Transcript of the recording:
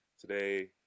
today